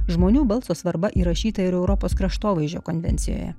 žmonių balso svarba įrašyta ir į europos kraštovaizdžio konvencijoje